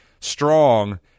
strong